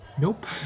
nope